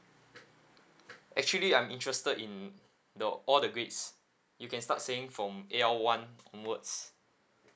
actually I'm interested in the all the grades you can start saying from A_L one onwards